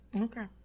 Okay